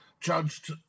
judged